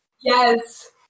Yes